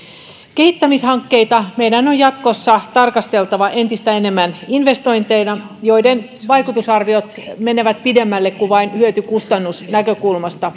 kehittämishankkeita meidän on jatkossa tarkasteltava entistä enemmän investointeina joiden vaikutusarviot menevät pidemmälle kuin vain hyöty kustannus